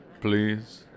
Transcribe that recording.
please